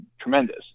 tremendous